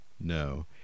No